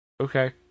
Okay